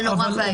זה נורא ואיום.